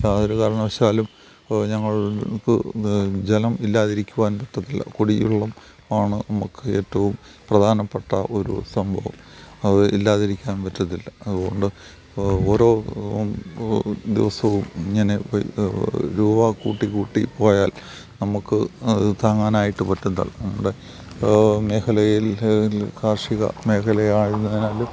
യാതൊരു കാരണവശാലും ഞങ്ങൾക്ക് ജലം ഇല്ലാതിരിക്കുവാൻ പറ്റത്തില്ല കുടിവെള്ളം ആണ് നമുക്ക് ഏറ്റവും പ്രധാനപ്പെട്ട ഒരു സംഭവം അത് ഇല്ലാതിരിക്കാൻ പറ്റത്തില്ല അത് കൊണ്ട് ഓരോ ദിവസവും ഇങ്ങനെ പോയി രൂപ കൂട്ടിക്കൂട്ടി പോയാൽ നമുക്ക് അത് താങ്ങാനായിട്ട് പറ്റത്തില്ല നമ്മുടെ മേഖലയായതിനാലും